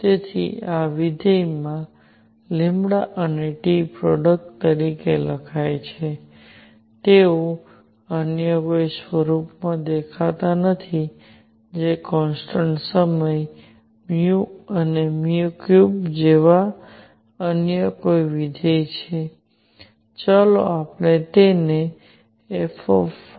તેથી આ વિધેયમાં અને T પ્રોડક્ટ તરીકે લખાય છે તેઓ અન્ય કોઈ સ્વરૂપમાં દેખાતા નથી જે કોન્સટન્ટ સમય એ 3 જેવા અન્ય કોઈ વિધેય છે ચાલો આપણે તેનેf1